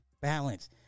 balance